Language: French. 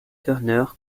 turner